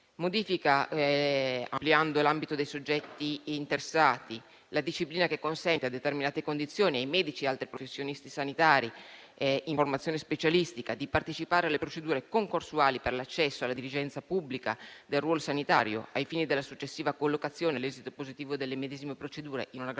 Modifica, ampliando l'ambito dei soggetti interessati, della disciplina che consente, a determinate condizioni, ai medici e ad altri professionisti sanitari e di informazione specialistica, di partecipare alle procedure concorsuali per l'accesso alla dirigenza pubblica del ruolo sanitario, ai fini della successiva collocazione, all'esito positivo delle medesime procedure, in una graduatoria